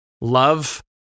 love